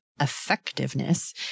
effectiveness